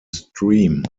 stream